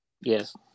Yes